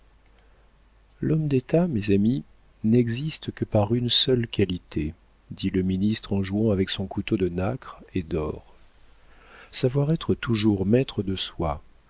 l'homme d'état mes amis n'existe que par une seule qualité dit le ministre en jouant avec son couteau de nacre et d'or savoir être toujours maître de soi